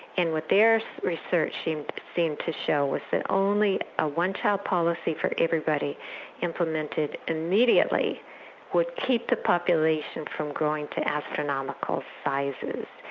and what their research seemed seemed to show was only a one-child policy for everybody implemented immediately would keep the population from growing to astronomical sizes.